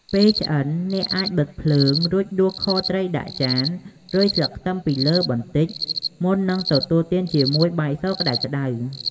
ពេលឆ្អិន អ្នកអាចបិទភ្លើង រួចដួសខត្រីដាក់ចាន រោយស្លឹកខ្ទឹមពីលើបន្តិច មុននឹងទទួលទានជាមួយបាយសក្ដៅៗ។